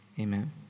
amen